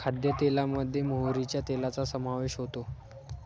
खाद्यतेलामध्ये मोहरीच्या तेलाचा समावेश होतो